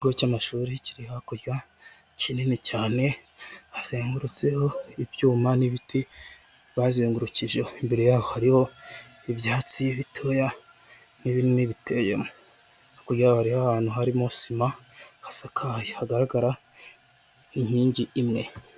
Ikigo cy'amashuri kiri hakurya ni kinini cyane, hazengurutseho ibyuma n'ibiti bazengurukijeho, imbere yaho hariho ibyatsi bitoya n'ibinini biteyemo, hakurya yaho hariho ahantu harimo sima hasakaye hagaragara inkingi imwe.